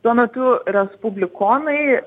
tuo metu respublikonai